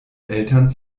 eltern